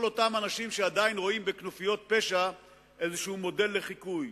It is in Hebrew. על כל אותם אנשים שעדיין רואים בכנופיות פשע איזה מודל לחיקוי.